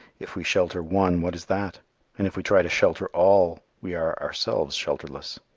if we shelter one what is that? and if we try to shelter all, we are ourselves shelterless.